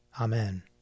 Amen